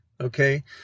Okay